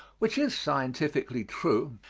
which is scientifically true,